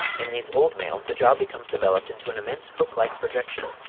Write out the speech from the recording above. in these old males the jaw becomes developed into an immense hook-like projection,